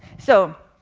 so,